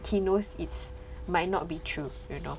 he knows it's might not be true you know